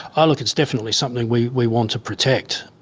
ah look, it's definitely something we we want to protect.